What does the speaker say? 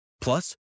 Plus